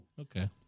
Okay